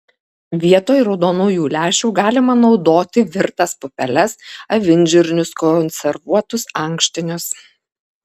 vietoj raudonųjų lęšių galima naudoti virtas pupeles avinžirnius konservuotus ankštinius